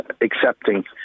accepting